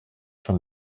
from